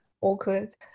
awkward